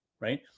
right